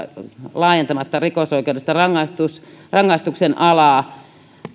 laajentamatta rikosoikeudellista rangaistuksen rangaistuksen alaa